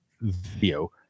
video